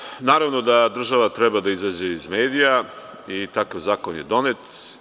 Naravno da država treba da izađe iz medija i takav zakon je donet.